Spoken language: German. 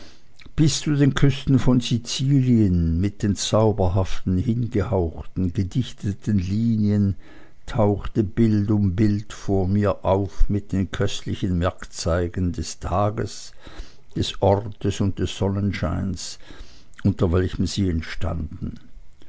bis zu den küsten von sizilien mit den zauberhaften hingehauchten gedichteten linien tauchte bild um bild vor mir auf mit den köstlichen merkzeichen des tages des